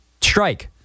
strike